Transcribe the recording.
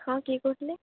ହଁ କିଏ କହୁଥିଲେ